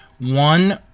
One